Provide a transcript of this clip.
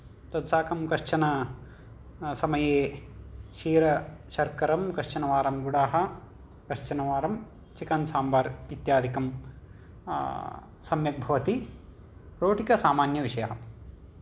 तत्साकं कश्चन समये क्षीरशर्करं कश्चनवारं गुढः कश्चनवारं चिकन् साम्बार् इत्यादिकं सम्यक् भवति रोटिका सामान्यविषयः